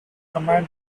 command